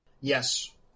Yes